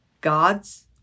God's